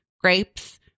grapes